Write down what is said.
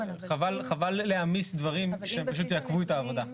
חבל להעמיס דברים שפשוט יעכבו את העבודה.